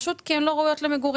פשוט כי הן לא ראויות למגורים.